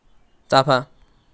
चाफा